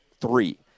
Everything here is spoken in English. three